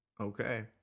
Okay